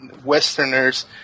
westerners